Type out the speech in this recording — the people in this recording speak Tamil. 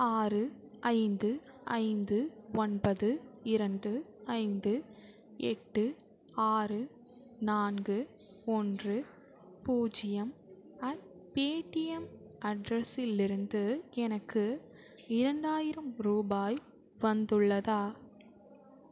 ஆறு ஐந்து ஐந்து ஒன்பது இரண்டு ஐந்து எட்டு ஆறு நான்கு ஒன்று பூஜ்ஜியம் அட் பேடிஎம் அட்ரஸிலிருந்து எனக்கு இரண்டாயிரம் ரூபாய் வந்துள்ளதா